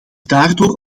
daardoor